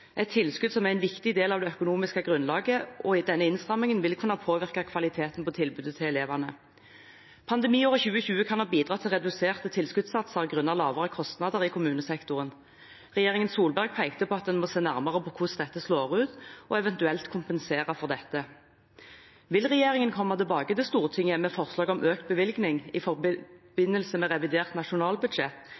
et tilskudd som er en viktig del av det økonomiske grunnlaget. Denne innstrammingen vil kunne påvirke kvaliteten på tilbudet til elevene. Pandemiåret 2020 kan ha bidratt til reduserte tilskuddssatser grunnet lavere kostnader i kommunesektoren. Regjeringen Solberg pekte på at man må se nærmere på hvordan dette slår ut, og eventuelt kompensere for det. Vil regjeringen komme tilbake til Stortinget med forslag om økt bevilgning i forbindelse med revidert nasjonalbudsjett